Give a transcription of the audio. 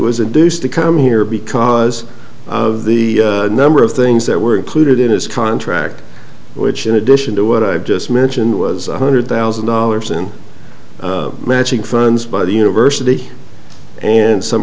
a deuce to come here because of the number of things that were included in his contract which in addition to what i've just mentioned was one hundred thousand dollars in matching funds by the university and some